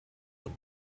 them